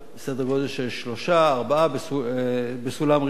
בסדר גודל של 3 4 בסולם ריכטר,